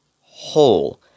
whole